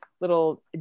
little